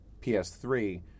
PS3